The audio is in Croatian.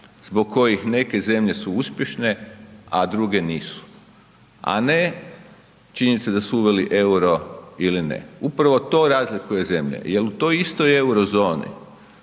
zbog kojih neke zemlje su uspješne a druge nisu, a ne činjenica da su uveli euro ili ne. Upravo to razlikuje zemlje jer u toj istoj euro-zoni